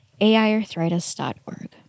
aiarthritis.org